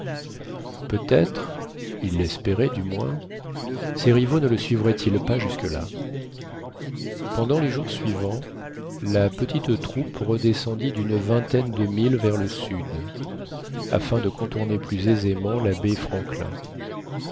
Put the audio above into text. peut-être il l'espérait du moins ses rivaux ne le suivraient ils pas jusque-là pendant les jours suivants la petite troupe redescendit d'une vingtaine de milles vers le sud afin de contourner plus aisément la baie franklin